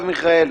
מרב מיכאלי,